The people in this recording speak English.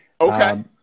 Okay